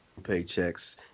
paychecks